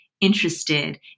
interested